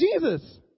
Jesus